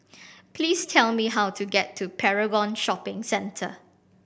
please tell me how to get to Paragon Shopping Centre